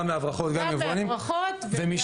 גם מהברחות וגם מיבואנים.